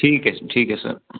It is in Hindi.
ठीक है ठीक है सर